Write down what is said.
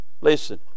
Listen